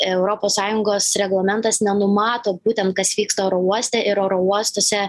europos sąjungos reglamentas nenumato būtent kas vyksta oro uoste ir oro uostuose